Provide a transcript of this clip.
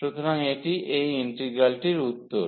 সুতরাং এটি এই ইন্টিগ্রালটির উত্তর